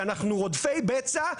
שאנחנו רודפי בצע,